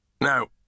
Now